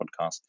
podcast